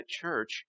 church